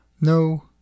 No